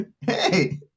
Hey